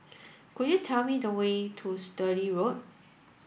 could you tell me the way to Sturdee Road